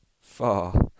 far